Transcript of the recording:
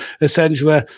essentially